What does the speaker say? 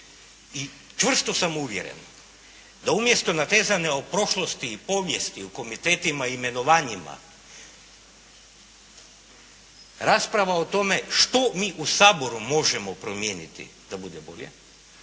I čvrsto sam uvjeren da umjesto natezanja o prošlosti i povijesti u komitetima imenovanjima rasprava o tome što mi u Saboru možemo promijeniti da bude bolje,